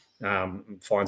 Finds